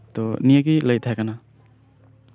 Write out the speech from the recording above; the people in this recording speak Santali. ᱛᱚ ᱱᱤᱭᱟᱹ ᱜᱮ ᱞᱟᱹᱭ ᱛᱟᱦᱮᱸ ᱠᱟᱱᱟ